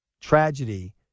tragedy